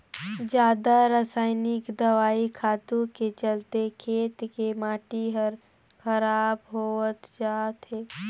जादा रसायनिक दवई खातू के चलते खेत के माटी हर खराब होवत जात हे